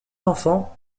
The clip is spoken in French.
enfants